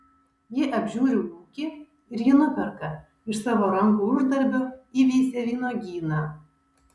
ji apžiūri ūkį ir jį nuperka iš savo rankų uždarbio įveisia vynuogyną